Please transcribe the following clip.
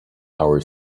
our